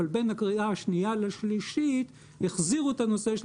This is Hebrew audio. אבל בין הקריאה השנייה לשלישית החזירו את הנושא של